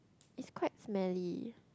is quite smelly